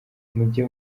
mujye